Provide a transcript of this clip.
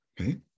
okay